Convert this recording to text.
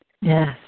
Yes